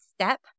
step